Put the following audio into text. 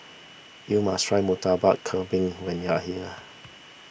you must try Murtabak Kambing when you are here